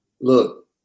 Look